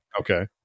Okay